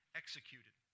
executed